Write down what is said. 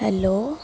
hello